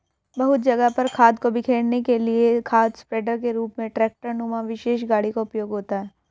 बहुत जगह पर खाद को बिखेरने के लिए खाद स्प्रेडर के रूप में ट्रेक्टर नुमा विशेष गाड़ी का उपयोग होता है